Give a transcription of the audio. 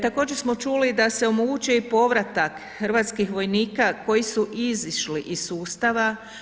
Također smo čuli da se omogućuje i povratak hrvatskih vojnika koji su izišli iz sustava.